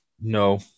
No